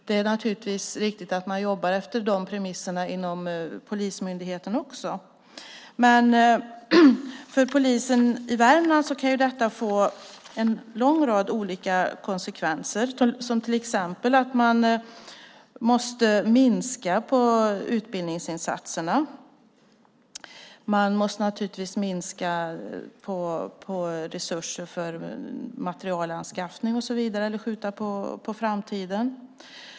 Det är naturligtvis viktigt att man jobbar efter de premisserna inom polismyndigheten också. För polisen i Värmland kan detta få en lång rad olika konsekvenser, till exempel att man måste minska på utbildningsinsatserna. Man måste naturligtvis minska på resurser för materialanskaffning eller skjuta det på framtiden.